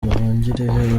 nduhungirehe